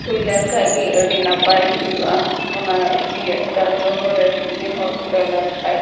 ᱦᱩᱭᱞᱮᱱ ᱠᱷᱟᱱᱜᱮ ᱟᱹᱰᱤ ᱱᱟᱯᱟᱭ ᱦᱩᱭᱩᱜᱼᱟ ᱚᱱᱟ ᱤᱭᱟᱹ ᱮᱴᱟᱜ ᱜᱨᱚᱦᱚᱨᱮ ᱡᱩᱫᱤ ᱦᱚᱲᱠᱚ ᱛᱮᱦᱮᱸᱞᱮᱱ ᱠᱷᱟᱱ